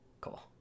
Cool